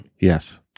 Yes